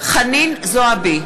חנין זועבי,